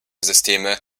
systeme